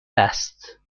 است